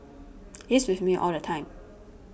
he's with me all the time